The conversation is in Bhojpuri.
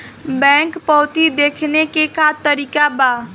बैंक पवती देखने के का तरीका बा?